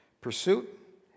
Pursuit